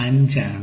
5 ആണ്